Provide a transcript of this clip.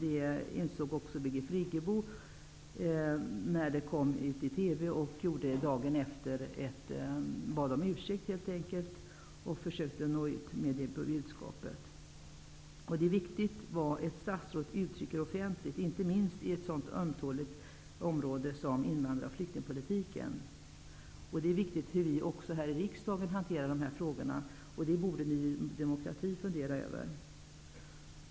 Det insåg Birgit Friggebo när det hela kom ut i TV, och hon bad om ursäkt dagen efter och försökte nå ut med det budskapet. Vad ett statsråd uttrycker offentligt är viktigt -- inte minst på ett så ömtåligt område som invandrar och flyktingpolitiken. Hur vi här i riksdagen hanterar dessa frågor är också viktigt. Det borde Ny demokrati fundera över.